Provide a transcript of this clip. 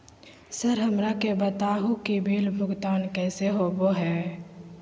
Sir हमरा के बता हो कि बिल भुगतान कैसे होबो है?